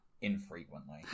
infrequently